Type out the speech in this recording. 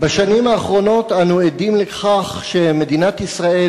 בשנים האחרונות אנו עדים לכך שמדינת ישראל,